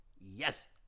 yes